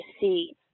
see